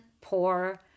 poor